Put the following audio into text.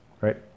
Right